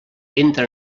entra